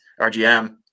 RGM